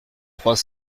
trois